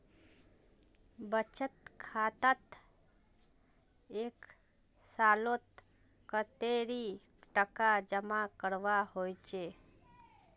बचत खातात एक सालोत कतेरी टका जमा करवा होचए?